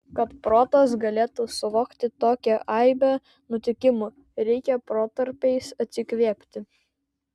kad protas galėtų suvokti tokią aibę nutikimų reikia protarpiais atsikvėpti